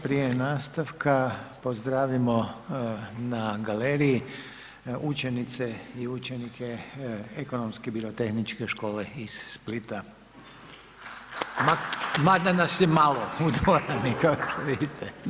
Prije nastavka pozdravimo na galeriji učenice i učenike Ekonomske birotehničke škole iz Splita, … mada nas je malo u dvorani, vidite.